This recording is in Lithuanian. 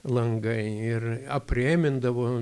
langai ir aprėmindavo